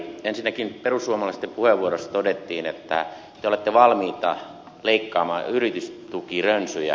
ensinnäkin perussuomalaisten puheenvuorossa todettiin että te olette valmiita leikkaamaan yritystukirönsyjä